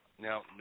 now